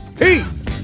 Peace